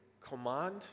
command